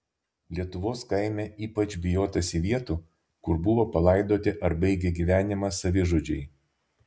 lietuvos kaime ypač bijotasi vietų kur buvo palaidoti ar baigė gyvenimą savižudžiai